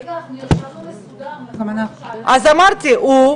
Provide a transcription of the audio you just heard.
של איך המדינה מסדירה את הנושא הזה עבור